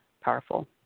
powerful